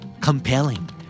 Compelling